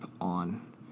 on